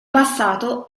passato